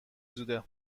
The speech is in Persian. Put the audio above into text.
زوده